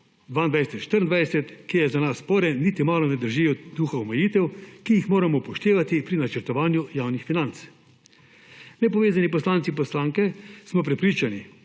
2022–2024, ki je za nas sporen, niti malo ne držijo duha omejitev, ki jih moramo upoštevati pri načrtovanju javnih financ. Nepovezani poslanci in poslanke smo prepričani,